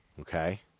Okay